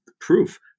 proof